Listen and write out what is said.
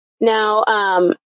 Now